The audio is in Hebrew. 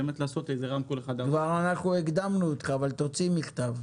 אנחנו כבר הקדמנו אותך, אבל תוציא מכתב.